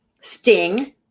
Sting